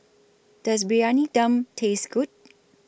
Does Briyani Dum Taste Good